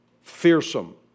Fearsome